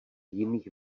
jiných